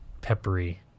peppery